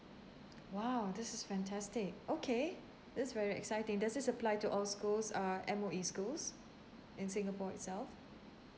!wow! this is fantastic okay this is very exciting does this apply to all schools uh M_O_E schools in singapore itself